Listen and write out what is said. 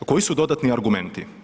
Koji su dodatni argumenti?